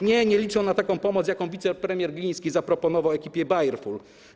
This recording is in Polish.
Nie, nie liczą na taką pomoc, jaką wicepremier Gliński zaproponował ekipie Bayer Full.